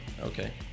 Okay